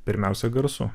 pirmiausia garsu